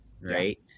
right